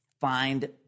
find